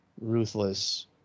ruthless